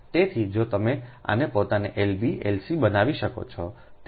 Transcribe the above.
તેથી જો તમે આને પોતાને Lb Lc બનાવી શકો છો